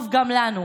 טוב גם לנו.